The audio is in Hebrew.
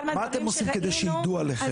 מה אתם עושים כדי שידעו עליכם?